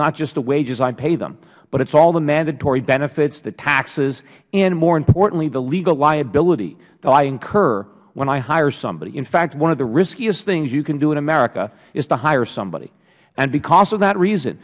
not just the wages i pay them but all the mandatory benefits the taxes and more importantly the legal liability that i incur when i hire somebody in fact one of the riskiest things you can do in america is to hire somebody because of that reason